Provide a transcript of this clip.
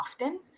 often